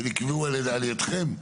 או שנקבעו על ידיכם?